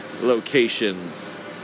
locations